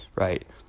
right